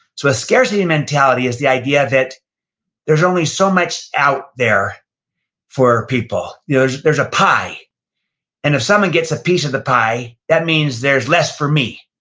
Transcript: so a scarcity and mentality is the idea that there's only so much out there for people. yeah there's there's a pie and if someone gets a piece of the pie, that means there's less for me,